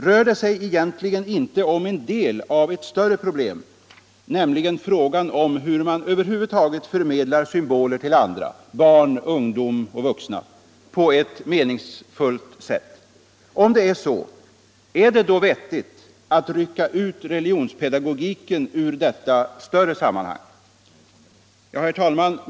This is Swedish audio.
Rör det sig egentligen inte om en del av ett större problem, nämligen frågan om hur man över huvud taget förmedlar symboler till andra — barn, ungdom och vuxna —- på ett meningsfullt sätt? Om det är så, är det då vettigt att rycka ut religionspedagogiken ur detta större sammanhang? Herr talman!